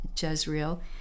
Jezreel